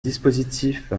dispositif